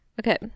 Okay